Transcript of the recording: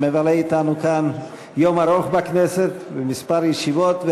שמבלה אתנו כאן יום ארוך בכנסת בכמה ישיבות,